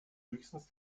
höchstens